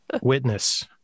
Witness